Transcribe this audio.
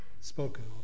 spoken